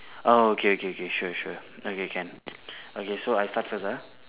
oh okay okay okay sure sure okay can okay so I start first ah